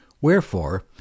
Wherefore